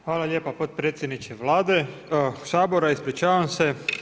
Hvala lijepa potpredsjedniče Vlade, Sabora, ispričavam se.